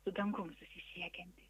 su dangum susisiekiantį